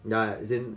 ya as in